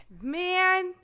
man